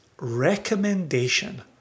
recommendation